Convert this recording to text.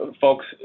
folks